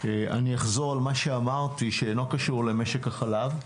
אני אחזור על מה שאמרתי שאינו קשור למשק החלב,